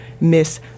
miss